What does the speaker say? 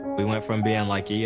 we went from being like, you